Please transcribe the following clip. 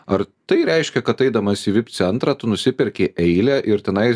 ar tai reiškia kad eidamas į vip centrą tu nusiperki eilę ir tenai